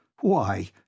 Why